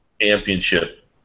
championship